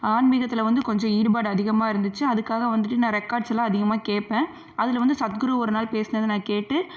ஆன்மிகத்தில் வந்து கொஞ்சம் ஈடுபாடு அதிகமாக இருந்துச்சு அதுக்காக வந்துட்டு நான் ரெகார்ட்ஸ்லாம் அதிகமாக கேட்பேன் அதில் வந்து சத்குரு ஒரு நாள் பேசினதை நான் கேட்டு